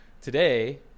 Today